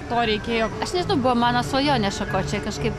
to reikėjo nežinau buvo mano svajonė šakočiai kažkaip